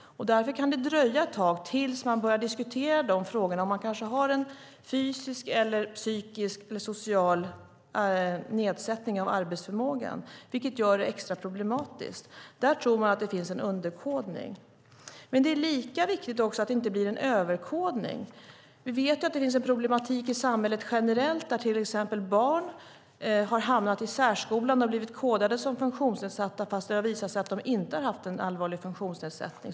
Därför kan det dröja ett tag innan man börjar diskutera de frågorna. Man kanske har en fysisk, psykisk eller social nedsättning av arbetsförmågan, vilket gör det extra problematiskt. Där tror Arbetsförmedlingen att det finns en underkodning. Men det är lika viktigt att det inte blir överkodning. Vi vet att det finns en sådan problematik i samhället generellt. Till exempel har barn blivit kodade som funktionsnedsatta och hamnat i särskolan fast det visat sig att de inte haft någon allvarlig funktionsnedsättning.